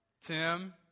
Tim